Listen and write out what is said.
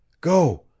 Go